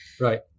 Right